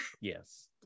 Yes